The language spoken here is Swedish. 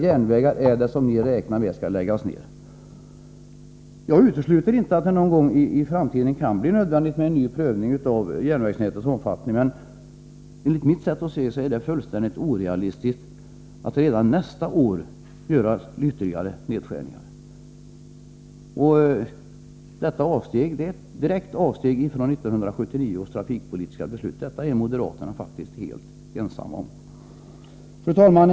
Jag utesluter inte att det någon gång i framtiden kan bli nödvändigt med en ny prövning av järnvägsnätets omfattning, men enligt mitt sätt att se är det fullständigt orealistiskt att redan nästa år göra ytterligare nedskärningar. Detta skulle vara ett direkt avsteg från 1979 års trafikpolitiska beslut, och det är moderaterna helt ensamma om. Fru talman!